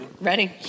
ready